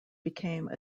became